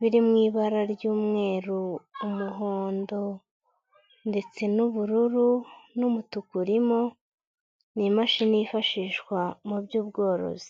biri mu ibara ry'umweru, umuhondo ndetse n'ubururu n'umutuku irimo, ni mashini yifashishwa mu by'ubworozi.